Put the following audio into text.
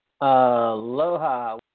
Aloha